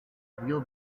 real